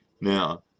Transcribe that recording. Now